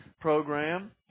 program